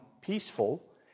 peaceful